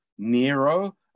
Nero